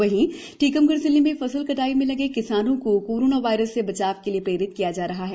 वहीं टीकमगढ़ जिले में फसल कटाई में लगे किसानों को कोरोना वायरस से बचाव के लिए प्रेरित किया जा रहा है